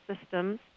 systems